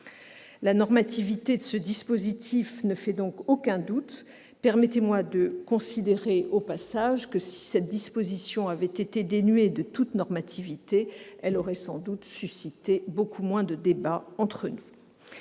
La normativité de ce dispositif ne fait donc aucun doute. Permettez-moi de considérer au passage que si cette disposition avait été dénuée de normativité, elle aurait sans doute suscité beaucoup moins de débats entre nous.